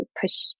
push